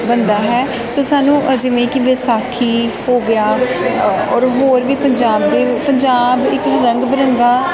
ਬਣਦਾ ਹੈ ਸੋ ਸਾਨੂੰ ਅ ਜਿਵੇਂ ਕਿ ਵਿਸਾਖੀ ਹੋ ਗਿਆ ਔਰ ਹੋਰ ਵੀ ਪੰਜਾਬ ਦੇ ਪੰਜਾਬ ਇੱਕ ਰੰਗ ਬਿਰੰਗਾ